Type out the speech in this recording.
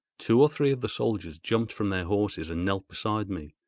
two or three of the soldiers jumped from their horses and knelt beside me.